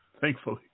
thankfully